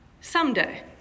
someday